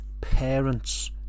parents